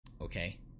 okay